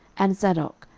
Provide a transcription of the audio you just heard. and zadok,